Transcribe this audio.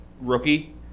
rookie